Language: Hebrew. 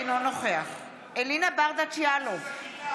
אינו נוכח אלינה ברדץ' יאלוב,